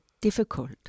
difficult